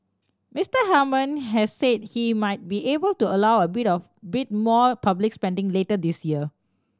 Mister Hammond has said he might be able to allow a bit of bit more public spending later this year